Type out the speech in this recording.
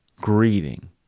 greeting